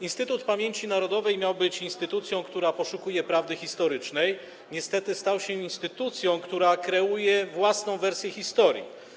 Instytut Pamięci Narodowej miał być instytucją, która poszukuje prawdy historycznej, niestety stał się instytucją, która kreuje własną wersję historii.